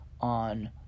on